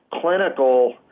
clinical